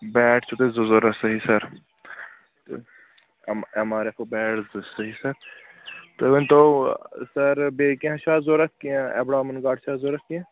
bat چھُو تۄہہِ زٕ ضوٚرَتھ صحیح سَر تہٕ ایم آر ایف او بیٹ زٕ صحیح سَر تُہۍ ؤنۍ تَو سَر بیٚیہِ کیٚنٛہہ چھُ حظ ضوٚرَتھ کیٚنٛہہ ایبڈامن گاڈ چھِ حظ ضوٚرَتھ کیٚنٛہہ